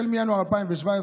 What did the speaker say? מינואר 2017,